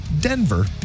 Denver